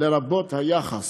לרבות היחס